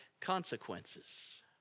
consequences